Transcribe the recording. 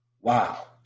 Wow